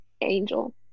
Angel